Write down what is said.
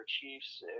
Chiefs